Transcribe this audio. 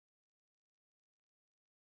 uh kia about